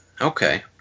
Okay